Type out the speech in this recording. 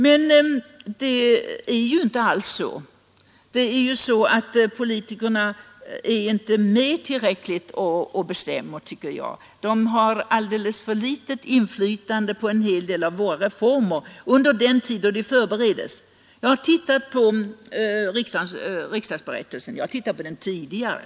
Men det är ju inte alls så. Jag tycker att politikerna inte är med tillräckligt och bestämmer; de har alldeles för litet inflytande på de reformer som beslutas under den tid då dessa förbereds. Jag har nyligen tittat på riksdagsberättelsen, och jag har gjort det tidigare.